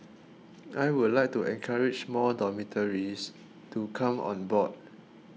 I would like to encourage more dormitories to come on board